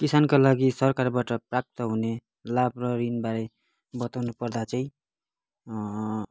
किसानका लागि सरकारबाट प्राप्त हुने लाभ र ऋणबारे बताउनुपर्दा चाहिँ